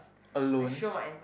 alone